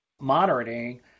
monitoring